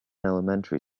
elementary